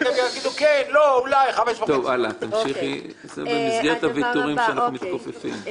זה במסגרת הוויתורים שאנחנו מתכופפים.